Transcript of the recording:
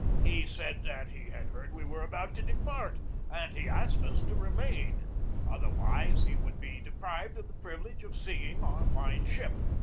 he said that he had heard we were about to depart and he asked us to remain otherwise he would be de prived of the privilege of seeing our fine ship.